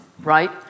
right